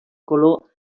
color